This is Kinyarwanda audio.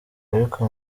ariko